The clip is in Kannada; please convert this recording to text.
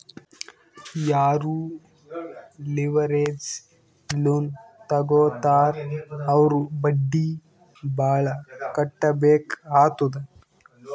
ಯಾರೂ ಲಿವರೇಜ್ ಲೋನ್ ತಗೋತ್ತಾರ್ ಅವ್ರು ಬಡ್ಡಿ ಭಾಳ್ ಕಟ್ಟಬೇಕ್ ಆತ್ತುದ್